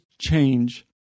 change